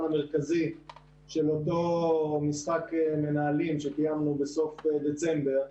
המרכזי של אותו משחק מנהלים שקיימנו בסוף דצמבר.